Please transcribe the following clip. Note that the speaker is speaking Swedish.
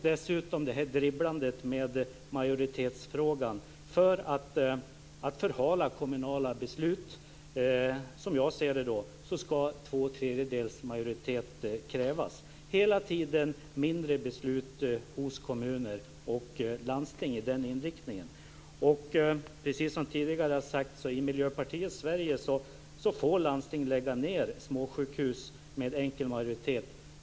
Dessutom detta dribblande med majoritetsfrågan för att förhala kommunala beslut. Som jag ser det ska två tredjedels majoritet krävas. Hela tiden går detta ut på färre beslut i kommuner och landsting med den inriktningen. Precis som tidigare har sagts så får landsting i Miljöpartiets Sverige lägga ned småsjukhus med enkel majoritet.